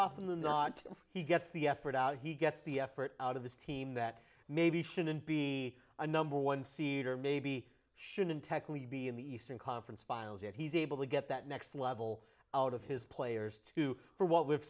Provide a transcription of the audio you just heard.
often than not if he gets the effort out he gets the effort out of this team that maybe shouldn't be a number one seed or maybe shouldn't technically be in the eastern conference finals if he's able to get that next level out of his players too for what we've